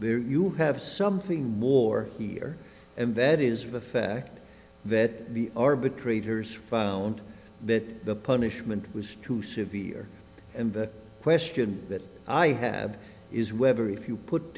there you have something more here and that is the fact that the arbitrators found that the punishment was too severe and the question that i have is whether if you put